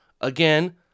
again